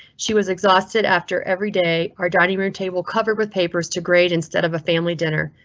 she was exhausted after every day. our dining room table covered with papers to grade instead of a family dinner.